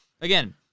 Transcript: again